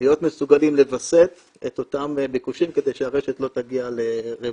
להיות מסוגלים לווסת את אותם ביקושים כדי שהרשת לא תגיע לרוויה.